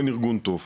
אין ארגון טוב.